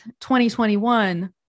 2021